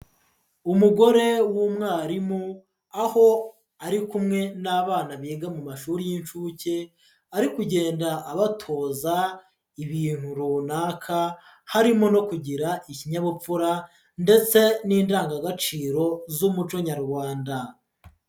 Umugore w'umwarimu aho ari kumwe n'abana biga mu mashuri y'incuke ari kugenda abatoza ibintu runaka, harimo no kugira ikinyabupfura ndetse n'indangagaciro z'umuco nyarwanda.